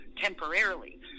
temporarily